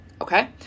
okay